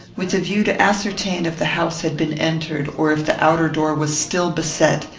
with a view to ascertain if the house had been entered or if the outer door was still beset,